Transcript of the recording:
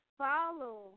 follow